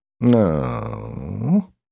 no